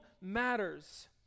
matters